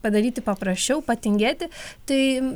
padaryti paprasčiau patingėti tai